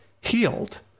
healed